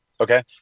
Okay